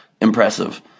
impressive